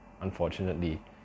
unfortunately